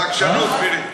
זו עקשנות, מירי.